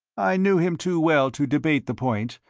i knew him too well to debate the point,